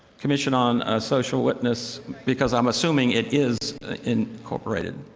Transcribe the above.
commission on social witness, because i'm assuming it is incorporated.